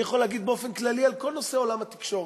אני יכול להגיד באופן כללי על כל נושא עולם התקשורת,